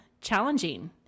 challenging